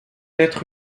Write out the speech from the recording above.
être